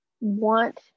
want